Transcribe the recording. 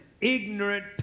ignorant